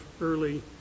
early